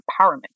empowerment